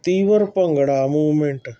ਤੀਵਰ bhangra movement